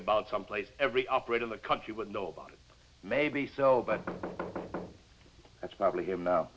about some place every operate in the country would know about maybe sell but that's probably game now